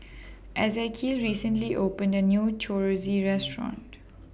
Ezekiel recently opened A New Chorizo Restaurant